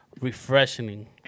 refreshing